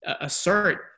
assert